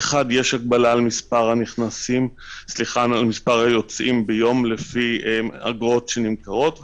יש הגבלה על מספר היוצאים ביום לפי אגרות שניתנות,